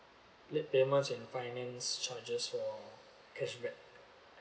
late payment and finance charges or cashback